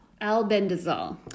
Albendazole